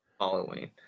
Halloween